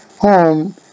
home